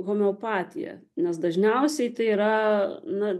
homeopatija nes dažniausiai tai yra na